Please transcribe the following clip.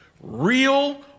Real